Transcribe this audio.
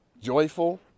joyful